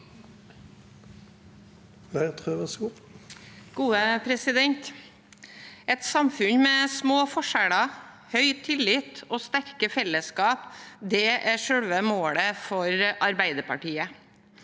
(A) Et samfunn med små forskjeller, høy tillit og sterke fellesskap er selve målet for Arbeiderpartiet.